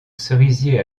cerisier